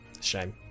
shame